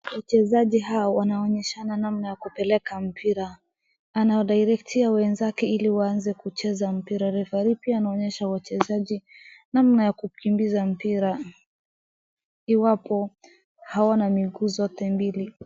Wachezaji hawa wanaonyeshana namna ya kupeleka mpira. Ana wa directwia pia wenzake ili wanze kucheza mpira. Referee pia ananonyesha wachezaji namna ya kukimbiza mpira iwapo hawana miguu zote mbili.